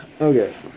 Okay